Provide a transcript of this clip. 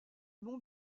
mont